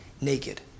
naked